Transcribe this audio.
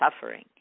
suffering